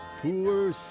Poor